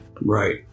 Right